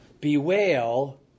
bewail